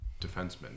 defenseman